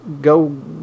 go